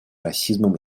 расизмом